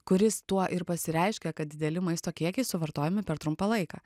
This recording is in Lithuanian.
kuris tuo ir pasireiškia kad dideli maisto kiekiai suvartojami per trumpą laiką